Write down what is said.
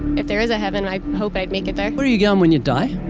if there is a heaven, i hope i'd make it there. where are you going when you die?